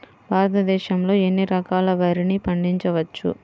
భారతదేశంలో ఎన్ని రకాల వరిని పండించవచ్చు